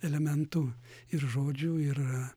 elementų ir žodžių ir